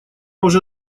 уже